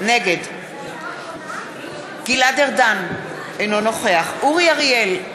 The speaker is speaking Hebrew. נגד גלעד ארדן, אינו נוכח אורי אריאל,